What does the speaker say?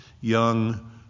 young